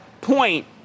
point